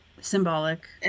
Symbolic